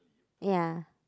ya